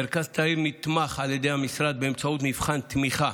מרכז תאיר נתמך על ידי המשרד באמצעות מבחן תמיכה